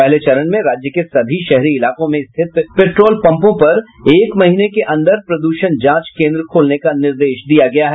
पहले चरण में राज्य के सभी शहरी इलाकों में स्थित पेट्रोल पम्पों पर एक महीने के अन्दर प्रदूषण जांच केन्द्र खोलने का निर्देश दिया गया है